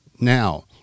now